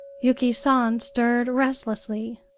yuki san stirred restlessly.